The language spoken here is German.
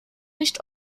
nicht